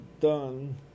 done